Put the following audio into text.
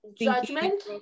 judgment